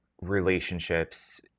relationships